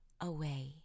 away